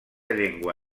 llengua